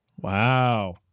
Wow